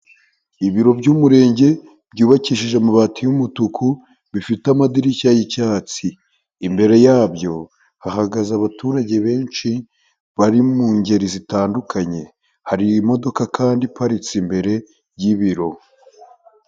Ibiro by'umurenge byubakishije amabati y'umutuku bifite amadirishya y'icyatsi. Imbere yabyo hahagaze abaturage benshi, bari mu ngeri zitandukanye. Hari imodoka kandi iparitse imbere y'ibiro.